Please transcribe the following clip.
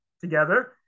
together